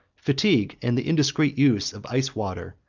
fatigue, and the indiscreet use of iced water,